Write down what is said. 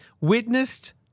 witnessed